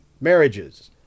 marriages